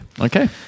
Okay